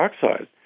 dioxide